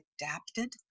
adapted